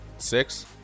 Six